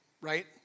right